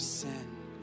sin